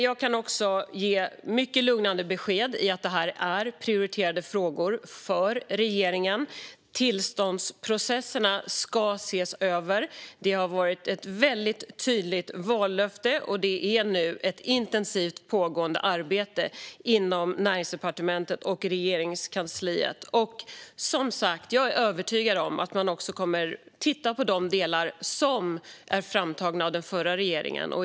Jag kan ge mycket lugnande besked om att detta är prioriterade frågor för regeringen. Tillståndsprocesserna ska ses över. Det har varit ett tydligt vallöfte, och det pågår nu ett intensivt arbete inom Näringsdepartementet och Regeringskansliet. Jag är som sagt övertygad om att man också kommer att titta på de delar som är framtagna av den förra regeringen.